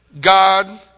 God